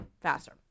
faster